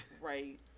right